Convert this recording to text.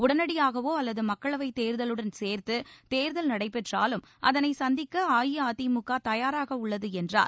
உடனடியாகவோ அல்லது மக்களவைத் தேர்தலுடன் சேர்த்து தேர்தல் நடைபெற்றாலும் அதனை சந்திக்க அஇஅதிமுக தயாராக உள்ளது என்றார்